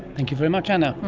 thank you very much anna.